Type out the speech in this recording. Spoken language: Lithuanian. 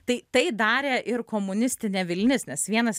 tai tai darė ir komunistinė vilnis nes vienas